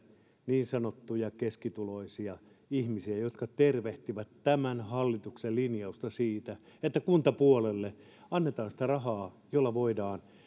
niin sanottuja keskituloisia ihmisiä jotka tervehtivät tämän hallituksen linjausta siitä että kuntapuolelle annetaan rahaa jolla voidaan